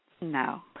No